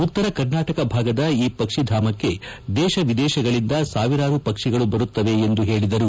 ಉತ್ತರ ಕರ್ನಾಟಕ ಭಾಗದ ಈ ಪಕ್ಷಿಧಾಮಕ್ಕೆ ಪ್ರದೇಶದಲ್ಲಿ ದೇಶ ವಿದೇಶದಿಂದ ಸಾವಿರಾರು ಪಕ್ಷಿಗಳು ಬರುತ್ತವೆ ಎಂದು ಹೇಳಿದರು